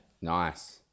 nice